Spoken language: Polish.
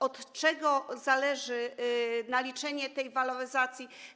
Od czego zależy naliczenie tej waloryzacji?